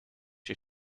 you